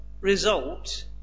result